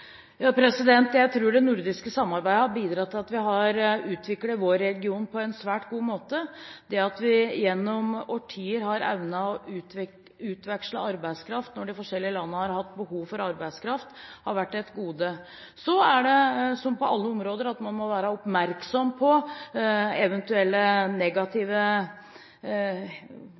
Jeg tror det nordiske samarbeidet har bidratt til at vi har utviklet vår region på en svært god måte. Det at vi gjennom årtier har evnet å utveksle arbeidskraft når de forskjellige landene har hatt behov for det, har vært et gode. Så er det, som på alle områder, slik at man må være oppmerksom på eventuelle negative